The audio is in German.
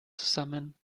zusammen